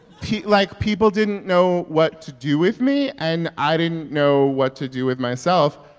like, people didn't know what to do with me. and i didn't know what to do with myself,